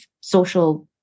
social